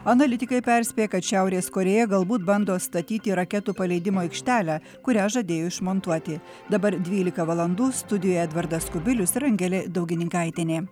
analitikai perspėja kad šiaurės korėja galbūt bando statyti raketų paleidimo aikštelę kurią žadėjo išmontuoti dabar dvylika valandų studijoje edvardas kubilius ir angelė daugininkaitienė